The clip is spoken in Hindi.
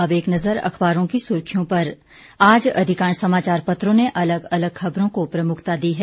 अब एक नजर अखबारों की सुर्खियों पर आज अधिकांश समाचार पत्रों ने अलग अलग खबरों को प्रमुखता दी है